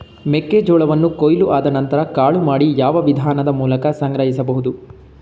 ಮೆಕ್ಕೆ ಜೋಳವನ್ನು ಕೊಯ್ಲು ಆದ ನಂತರ ಕಾಳು ಮಾಡಿ ಯಾವ ವಿಧಾನದ ಮೂಲಕ ಸಂಗ್ರಹಿಸಬಹುದು?